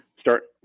Start